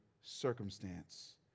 circumstance